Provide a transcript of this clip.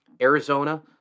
Arizona